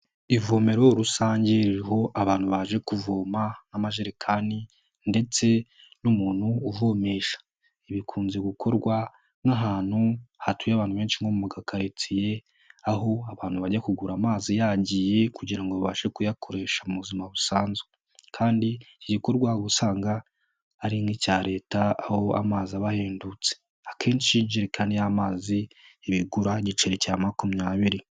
Ivomero rusange ririho abantu baje kuvoma n'amajerekani ndetse n'umuntu uvomesha. Bikunze gukorwa nk'ahantu hatuye abantu benshi nko mu gakaritsiye. Aho abantu bajya kugura amazi yagiye kugira ngo babashe kuyakoresha mu buzima busanzwe kandi iki gikorwa uba usanga ari nk'icya Leta, aho amazi abahendutse akenshi ijerikani y'amazi iba igura igiceri cya makumyabiri.